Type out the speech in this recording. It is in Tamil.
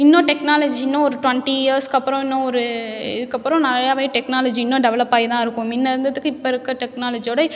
இன்னும் டெக்னாலஜி இன்னும் ஒரு டொண்ட்டி இயர்ஸ்க்கப்புறம் இன்னும் ஒரு இதுக்கப்புறம் நிறையவே டெக்னாலஜி இன்னும் டெவலப் ஆகி தான் இருக்கும் முன்ன இருந்ததுக்கு இப்போ இருக்கிற டெக்னாலஜியோடு